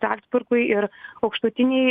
zalcburgui ir aukštutinei